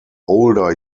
older